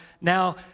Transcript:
now